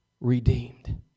redeemed